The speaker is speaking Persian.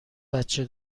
بچه